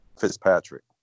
Fitzpatrick